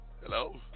Hello